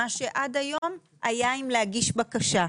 מה שעד היום היה עם להגיש בקשה.